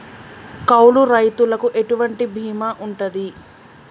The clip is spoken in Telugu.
కౌలు రైతులకు ఎటువంటి బీమా ఉంటది?